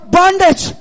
bondage